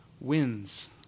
wins